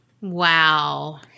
wow